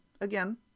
again